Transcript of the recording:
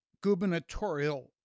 gubernatorial